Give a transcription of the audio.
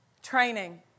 Training